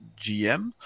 GM